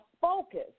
focus